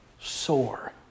sore